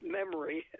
memory